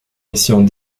essayant